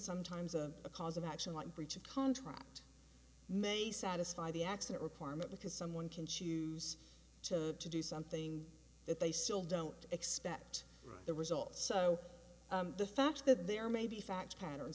sometimes a cause of action like breach of contract may satisfy the accent requirement because someone can choose to do something that they still don't expect the result so the fact that there may be fact patterns